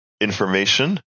information